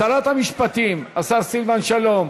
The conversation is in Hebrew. שרת המשפטים, השר סילבן שלום,